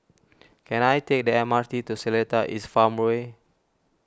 can I take the M R T to Seletar East Farmway